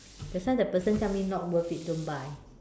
that's why the person tell me not worth it don't buy